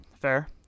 Fair